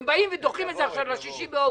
הם באים ודוחים את זה עכשיו ל-6 באוגוסט.